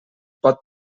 pot